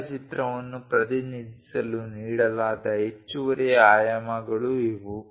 ರೇಖಾಚಿತ್ರವನ್ನು ಪ್ರತಿನಿಧಿಸಲು ನೀಡಲಾದ ಹೆಚ್ಚುವರಿ ಆಯಾಮಗಳು ಇವು